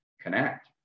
connect